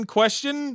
question